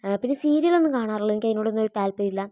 പിന്നെ സീരിയലൊന്നും കാണാറില്ല എനിക്കതിനോടൊന്നും ഒരു താല്പര്യം ഇല്ല